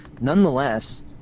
nonetheless